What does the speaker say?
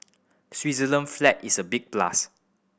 Switzerland flag is a big plus